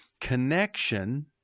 connection